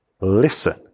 listen